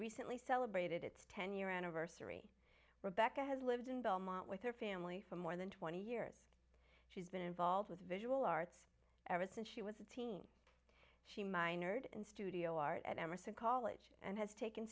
recently celebrated its ten year anniversary rebecca has lived in belmont with her family for more than twenty years she's been involved with visual arts ever since she was a teen she minored in studio art at emerson college and has taken